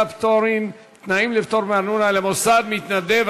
(פטורין) (תנאים לפטור מארנונה למוסד מתנדב),